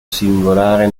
singolare